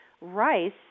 rice